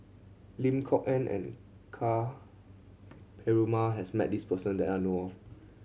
Lim Kok Ann and Ka Perumal has met this person that I know of